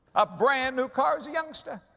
a brand new car as a youngster.